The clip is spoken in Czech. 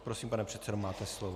Prosím, pane předsedo, máte slovo.